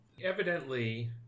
evidently